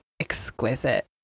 exquisite